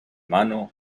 mano